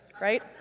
right